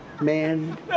man